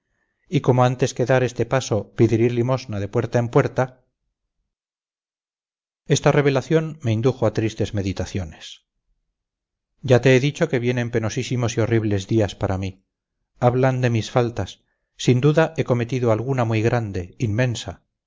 y como antes que dar este paso pediré limosna de puerta en puerta esta revelación me indujo a tristes meditaciones ya te he dicho que vienen penosísimos y horribles días para mí hablan de mis faltas sin duda he cometido alguna muy grande inmensa